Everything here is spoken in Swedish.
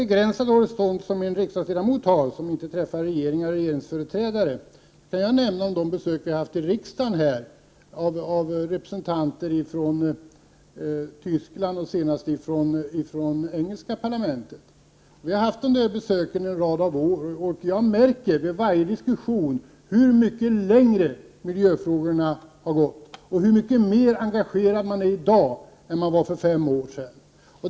Från en riksdagsledamots begränsade horisont — vi träffar inte regeringar och regeringsföreträdare — kan jag nämna de besök vi har haft här i riksdagen av representanter från Tyskland och senast från engelska parlamentet. Vi har haft en del besök under en rad år, och vid varje diskussion märker jag hur mycket längre man hunnit i miljöfrågorna och hur mycket mer engagerad man är i dag än man var för t.ex. fem år sedan.